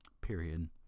period